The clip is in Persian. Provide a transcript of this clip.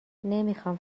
نمیخام